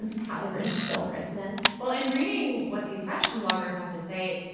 and how the grinch stole christmas well, in reading what these fashion bloggers have to say,